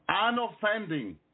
unoffending